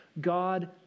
God